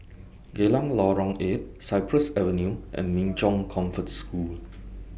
Geylang Lorong eight Cypress Avenue and Min Chong Comfort Home